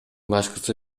башкысы